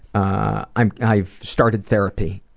i've i've started therapy.